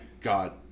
god